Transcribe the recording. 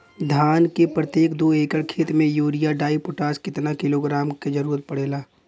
धान के प्रत्येक दो एकड़ खेत मे यूरिया डाईपोटाष कितना किलोग्राम क जरूरत पड़ेला?